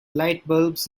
lightbulbs